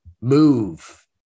move